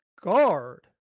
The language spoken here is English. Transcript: guard